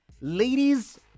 ladies